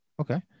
Okay